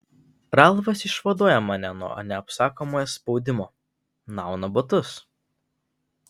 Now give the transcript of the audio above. ralfas išvaduoja mane nuo neapsakomo spaudimo nuauna batus